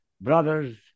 brothers